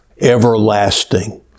everlasting